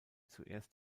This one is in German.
zuerst